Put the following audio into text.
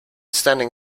standing